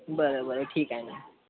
बरं बरं ठीक आहे ना